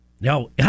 no